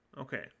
Okay